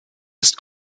ist